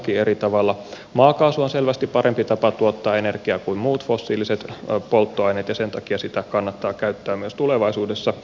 maakaasu on selvästi parempi tapa tuottaa energiaa kuin muut fossiiliset polttoaineet ja sen takia sitä kannattaa käyttää myös tulevaisuudessa